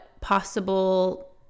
possible